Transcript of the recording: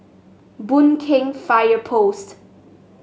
Boon Keng Fire Post